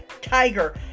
tiger